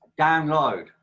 download